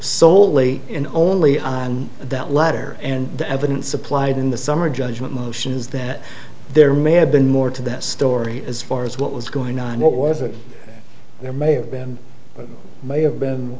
soley in only on that letter and the evidence supplied in the summer judgment motions that there may have been more to this story as far as what was going on what wasn't there may have been may have been